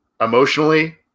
emotionally